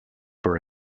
for